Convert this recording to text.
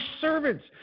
servants